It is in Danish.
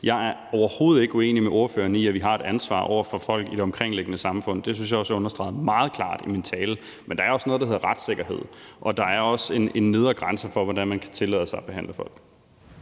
Jeg er overhovedet ikke uenig med ordføreren i, at vi har et ansvar over for folk i det omkringliggende samfund, og det synes jeg også jeg understregede meget klart i min tale. Men der er også noget, der hedder retssikkerhed, og der er også en nedre grænse for, hvordan man kan tillade sig at behandle folk.